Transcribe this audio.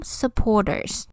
supporters